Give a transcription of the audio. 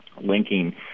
linking